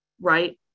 right